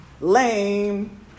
lame